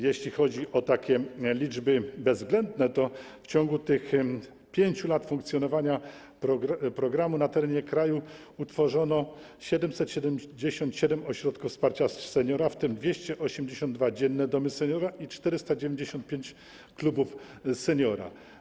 Jeśli chodzi o liczby bezwzględne, to w ciągu 5 lat funkcjonowania programu na terenie kraju utworzono 777 ośrodków wsparcia seniora, w tym 282 dzienne domy seniora i 495 klubów seniora.